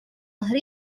ظهر